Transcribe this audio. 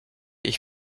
ich